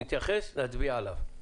נתייחס ונצביע עליו.